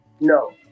No